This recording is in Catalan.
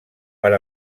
per